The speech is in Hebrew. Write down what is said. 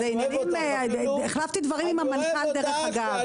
אני אפילו אוהב אותך.